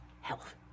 health